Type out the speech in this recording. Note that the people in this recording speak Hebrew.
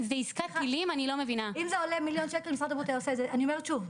לא, אני מדברת על